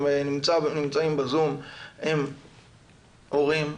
שנמצאים בזום הם הורים,